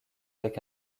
avec